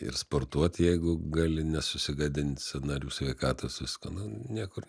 ir sportuot jeigu gali nesusigadint sąnarių sveikatos viską nu niekur